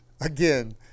again